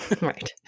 Right